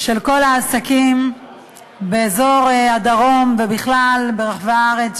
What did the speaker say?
של כל העסקים באזור הדרום ובכלל ברחבי הארץ,